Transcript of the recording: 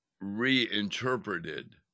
reinterpreted